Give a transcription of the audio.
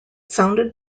sounded